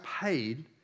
paid